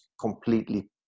completely